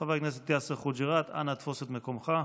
חבר הכנסת יאסר חוג'יראת, אנא תפוס את מקומך.